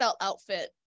outfit